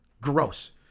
Gross